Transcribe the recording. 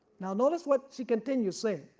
now notice what she continues saying,